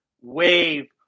wave